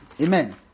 Amen